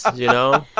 ah you know?